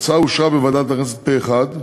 ההצעה אושרה בוועדת הכנסת פה אחד,